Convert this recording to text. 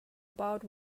about